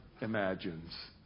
imagines